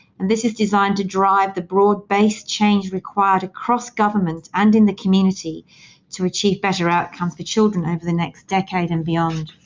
and this is designed to drive the broad base change required across government and in the community to achieve better outcomes for children over the next decade and beyond.